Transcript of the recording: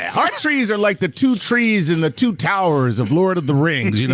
our trees are like the two trees and the two towers of lord of the rings. you know